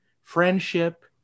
friendship